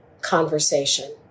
conversation